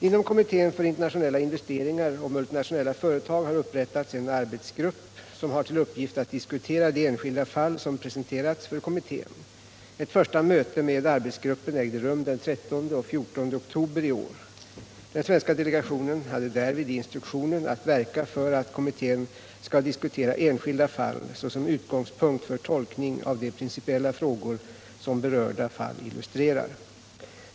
Inom kommittén för internationella investeringar och multinationella företag har upprättats en arbetsgrupp, som har till uppgift att diskutera de enskilda fall som presenterats för kommittén. Ett första möte med arbetsgruppen ägde rum den 13 och 14 oktober i år. Den svenska delegationen hade därvid instruktion att verka för att kommittén skall diskutera enskilda fall såsom utgångspunkt för tolkning av de principiella 125 frågor som berörda fall illustrerar.